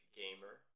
gamer